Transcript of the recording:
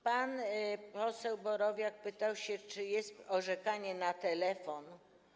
Pani poseł Borowiak pytała, czy jest orzekanie na telefon.